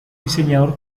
diseñador